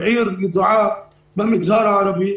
עיר ידועה במגזר הערבי,